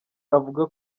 avuga